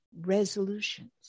resolutions